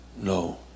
no